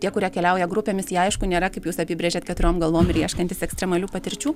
tie kurie keliauja grupėmis jie aišku nėra kaip jūs apibrėžėt keturiom galvom ir ieškantys ekstremalių patirčių